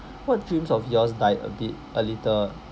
what dreams of yours died a bit a little